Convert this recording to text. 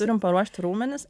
turim paruošti raumenis